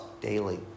daily